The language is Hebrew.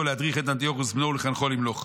להדריך את אנטיוכוס בנו ולחנכו למלוך.